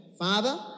father